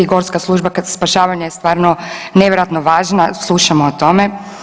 Gorska služba spašavanja je stvarno nevjerojatno važna, slušamo o tome.